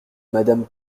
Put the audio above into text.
madame